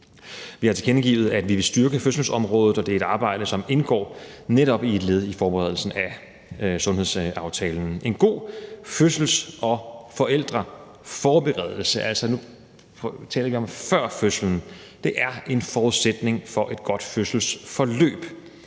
Vi har tilkendegivet, at vi vil styrke fødselsområdet, og det er et arbejde, som netop indgår som led i forberedelsen af sundhedsaftalen. En god fødsels- og forældreforberedelse, altså nu taler vi om før fødslen, er en forudsætning for et godt fødselsforløb.